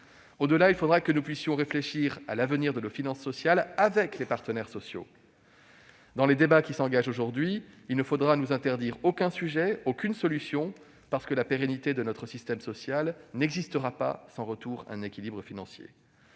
Au-delà, il faudra que nous puissions réfléchir à l'avenir de nos finances sociales avec les partenaires sociaux. Dans les débats qui s'engagent aujourd'hui, il ne faudra nous interdire aucun sujet et aucune solution parce que la pérennité de notre système social n'existera pas sans retour à un équilibre financier.